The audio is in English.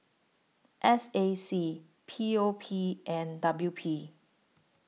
S A C P O P and W P